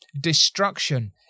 destruction